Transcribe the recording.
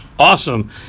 awesome